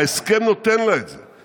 ההסכם נותן לה את זה.